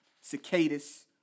cicadas